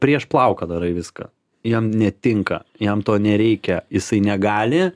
prieš plauką darai viską jam netinka jam to nereikia jisai negali